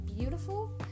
beautiful